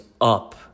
up